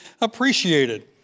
appreciated